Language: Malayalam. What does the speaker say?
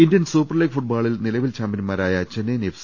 ഇന്ത്യൻ സൂപ്പർ ലീഗ് ഫുട് ബോളിൽ നിലവിൽ ചാമ്പ്യന്മാരായ ചെന്നൈയിൻ എഫ്